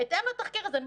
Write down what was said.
בהתאם לתחקיר הזה,